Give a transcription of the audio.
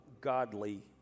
godly